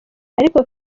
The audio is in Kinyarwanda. ariko